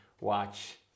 watch